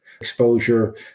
exposure